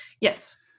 Yes